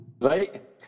right